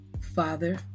Father